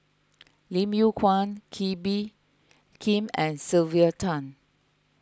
Lim Yew Kuan Kee Bee Khim and Sylvia Tan